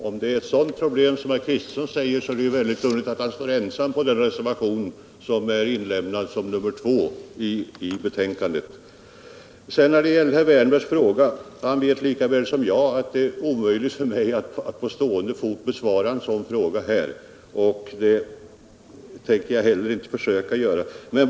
Herr talman! Om det är så stora problem som herr Kristenson säger är det väldigt underligt att han står ensam under reservationen 2 i betänkandet. Herr Wärnberg vet lika väl som jag att det är omöjligt för mig att på stående fot besvara hans fråga. Det tänker jag inte heller försöka göra.